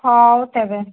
ହେଉ ତେବେ